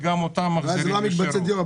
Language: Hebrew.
וגם אותם מחזירים לשירות.